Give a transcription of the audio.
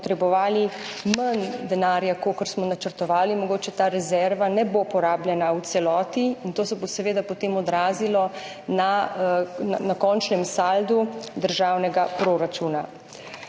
potrebovali manj denarja, kakor smo načrtovali. Mogoče ta rezerva ne bo porabljena v celoti in to se bo seveda potem odrazilo na končnem saldu državnega proračuna.